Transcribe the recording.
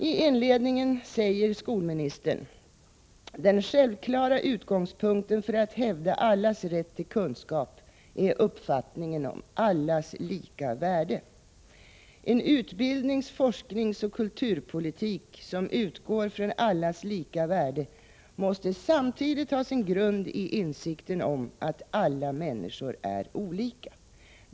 I inledningen säger skolministern: ”Den självklara utgångspunkten för att hävda allas rätt till kunskap är uppfattningen om allas lika värde. En utbildnings-, forskningsoch kulturpolitik som utgår från allas lika värde måste samtidigt ha sin grund i insikten om att alla människor är olika.